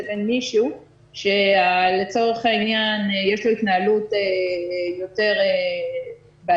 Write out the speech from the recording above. לבין מישהו שלצורך העניין יש לו התנהלות יותר בעייתית.